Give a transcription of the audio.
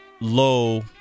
low